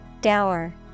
Dower